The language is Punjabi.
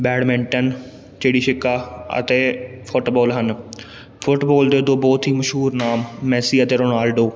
ਬੈਡਮਿੰਟਨ ਚਿੜੀ ਛਿੱਕਾ ਅਤੇ ਫੁੱਟਬਾਲ ਹਨ ਫੁੱਟਬਾਲ ਦੇ ਦੋ ਬਹੁਤ ਹੀ ਮਸ਼ਹੂਰ ਨਾਮ ਮੈਸੀ ਅਤੇ ਰੋਨਾਲਡੋ